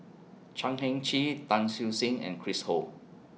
Chan Heng Chee Tan Siew Sin and Chris Ho